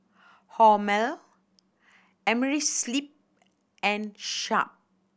Hormel Amerisleep and Sharp